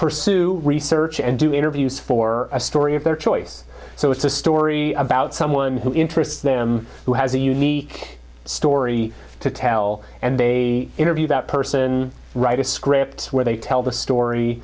pursue research and do interviews for a story of their choice so it's a story about someone who interests them who has a unique story to tell and they interview that person write a script where they tell the